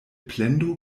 plendo